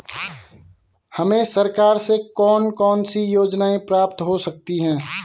हमें सरकार से कौन कौनसी योजनाएँ प्राप्त हो सकती हैं?